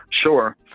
Sure